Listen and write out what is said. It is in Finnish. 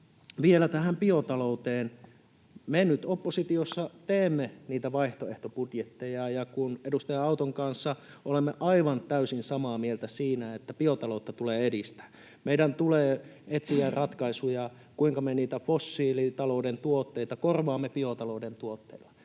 vielä tähän biotalouteen: Me nyt oppositiossa teemme niitä vaihtoehtobudjetteja, ja edustaja Auton kanssa olemme aivan täysin samaa mieltä siinä, että biotaloutta tulee edistää. Meidän tulee etsiä ratkaisuja, kuinka me niitä fossiilitalouden tuotteita korvaamme biotalouden tuotteilla.